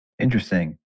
Interesting